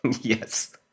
Yes